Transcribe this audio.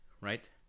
right